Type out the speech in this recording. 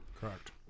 Correct